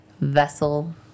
vessel